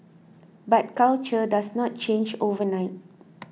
but culture does not change overnight